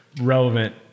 relevant